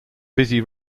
busy